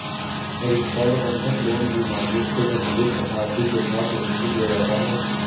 registered बंधक loan में mortgage को संबंधित अथॉरिटी के साथ रजिस्टर किया जाता है